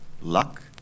Luck